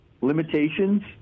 limitations